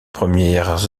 premières